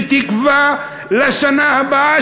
בתקווה לשנה הבאה,